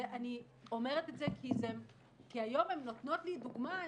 ואני אומרת את זה כי היום הן נותנות לי דוגמה,